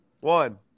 one